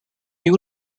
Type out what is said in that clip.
new